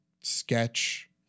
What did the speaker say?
sketch